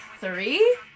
Three